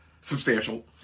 substantial